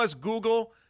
Google